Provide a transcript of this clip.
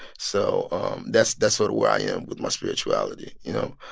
so that's that's sort of where i am with my spirituality, you know?